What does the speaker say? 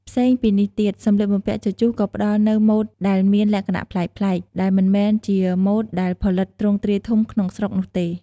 ផ្សេងពីនេះទៀត សម្លៀកបំពាក់ជជុះក៏ផ្ដល់នូវម៉ូដដែលមានលក្ខណៈប្លែកៗ ដែលមិនមែនជាម៉ូដដែលផលិតទ្រង់ទ្រាយធំក្នុងស្រុកនោះទេ។